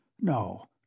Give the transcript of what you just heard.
No